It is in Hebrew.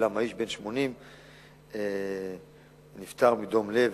אולם האיש בן 80 נפטר מדום לב,